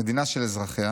"'מדינה של אזרחיה,